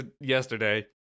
yesterday